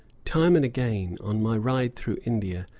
time and again, on my ride through india,